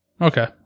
Okay